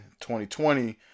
2020